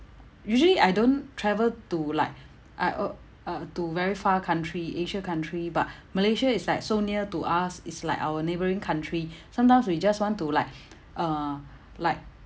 usually I don't travel to like I uh uh to very far country asia country but malaysia is like so near to us it's like our neighbouring country sometimes we just want to like uh like